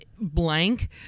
blank